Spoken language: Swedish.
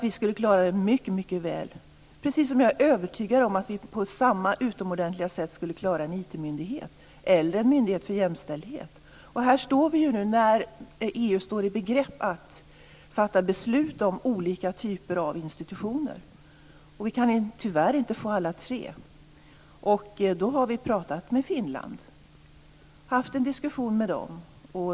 Vi skulle alltså mycket väl klara detta, precis som jag är övertygad om att vi på samma utomordentliga sätt skulle klara en IT-myndighet eller en myndighet för jämställdhet. Här står vi nu - när EU står i begrepp att fatta beslut om olika typer av institutioner. Vi kan tyvärr inte få alla tre, och därför har vi pratat med Finland och fört en diskussion.